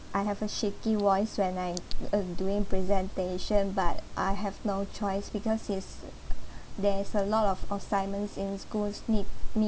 I have a shaky voice when I ugh doing presentation but I have no choice because is there is a lot of assignments in schools need me